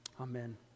Amen